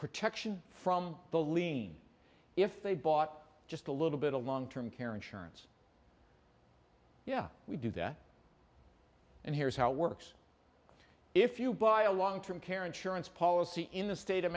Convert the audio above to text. protection from the lean if they bought just a little bit of long term care insurance yeah we do that and here's how it works if you buy a long term care insurance policy in the state of